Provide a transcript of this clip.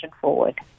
forward